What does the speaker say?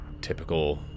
typical